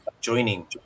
joining